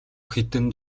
хэдэн